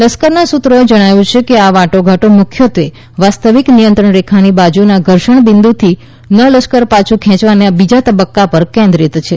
લશ્કરના સૂત્રોએ જણાવ્યું કે આ વાટાઘાટો મુખ્યત્વે વાસ્તવિક નિયંત્રણ રેખાની બાજુના ઘર્ષણ બિંદુથી ન લશ્કર પાછું ખેચવાના બીજા તબક્કા પર કેન્દ્રિત છે